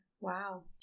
Wow